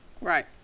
Right